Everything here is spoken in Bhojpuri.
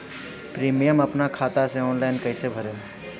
प्रीमियम अपना खाता से ऑनलाइन कईसे भरेम?